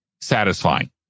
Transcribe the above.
satisfying